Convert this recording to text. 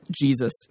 Jesus